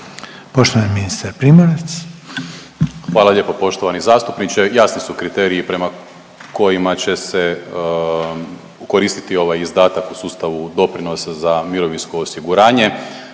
Poštovani ministar Primorac. **Primorac, Marko** Hvala lijepo poštovani zastupniče, jasni su kriteriji prema kojima će se koristiti ovaj izdatak u sustavu doprinosa za mirovinsko osiguranje.